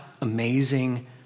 amazing